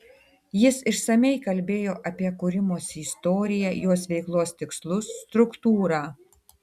jis išsamiai kalbėjo apie kūrimosi istoriją jos veiklos tikslus struktūrą